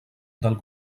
del